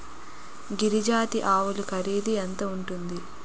గిరి జాతి ఆవులు ఖరీదు ఎంత ఉంటుంది?